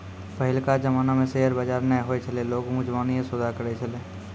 पहिलका जमाना मे शेयर बजार नै होय छलै लोगें मुजबानीये सौदा करै छलै